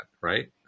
right